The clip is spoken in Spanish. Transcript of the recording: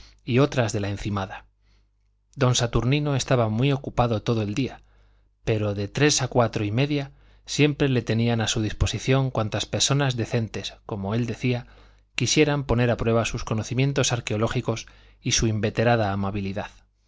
y otras de la encimada don saturnino estaba muy ocupado todo el día pero de tres a cuatro y media siempre le tenían a su disposición cuantas personas decentes como él decía quisieran poner a prueba sus conocimientos arqueológicos y su inveterada amabilidad